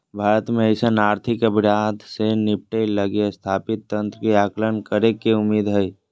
भारत में अइसन आर्थिक अपराध से निपटय लगी स्थापित तंत्र के आकलन करेके उम्मीद हइ